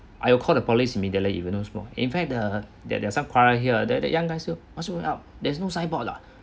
I'll call the police immediately if you smoke in fact the the there are quarrel here that the younger say what's up there's no signboard lah